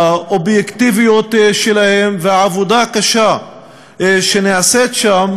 האובייקטיביות שלהם והעבודה הקשה שנעשית שם,